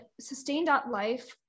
sustain.life